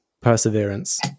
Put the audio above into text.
Perseverance